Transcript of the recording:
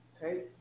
take